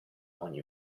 ogni